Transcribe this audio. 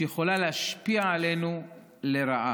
שיכולה להשפיע עלינו לרעה,